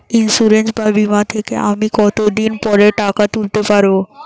Insurance বা বিমা থেকে আমি কত দিন পরে টাকা তুলতে পারব?